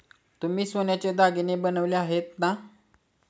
तुम्ही सोन्याचे दागिने बनवले आहेत ना?